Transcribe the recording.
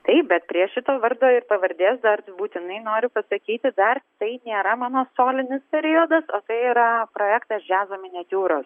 taip bet prie šito vardo ir pavardės dar būtinai noriu pasakyti dar tai nėra mano solinis periodas o tai yra projektas džiazo miniatiūros